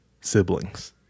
siblings